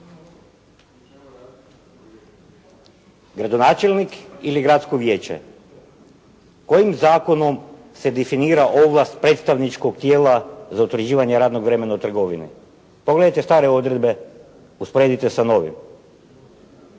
Gradonačelnik ili gradsko vijeće? Kojim zakonom se definira ovlast predstavničkog tijela za utvrđivanje radnog vremena u trgovini? Pogledajte stare odredbe. Usporedite sa novima.